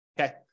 okay